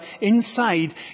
inside